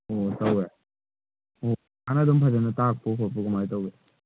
ꯑꯣ ꯇꯧꯋꯦ ꯑꯣ ꯑꯣꯖꯥꯅ ꯑꯗꯨꯝ ꯐꯖꯅ ꯇꯥꯛꯄ꯭ꯔꯣ ꯈꯣꯠꯄ꯭ꯔꯣ ꯀꯃꯥꯏ ꯇꯧꯒꯦ